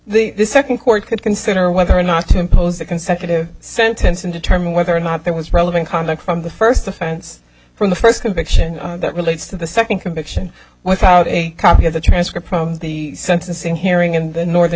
sons the second court could consider whether or not to impose a consecutive sentence and determine whether or not that was relevant conduct from the first offense from the first conviction that relates to the second conviction when found a copy of the transcript from the sentencing hearing in the northern